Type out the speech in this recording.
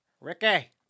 Ricky